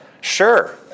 sure